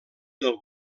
del